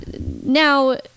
now